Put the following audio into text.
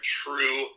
true